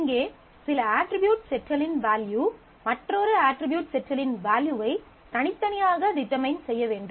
இங்கே சில அட்ரிபியூட் செட்களின் வேல்யூ மற்றொரு அட்ரிபியூட் செட்களின் வேல்யூவை தனித்தனியாக டிடெர்மைன் செய்ய வேண்டும்